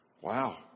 Wow